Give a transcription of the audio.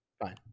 Fine